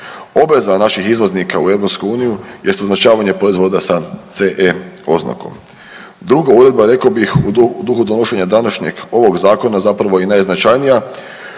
Obveza naših izvoznika u Europsku uniju jest označavanje proizvoda sa CE oznakom. Druga uredba rekao bih u duhu donošenja današnjeg ovog zakona zapravo i najznačajnija,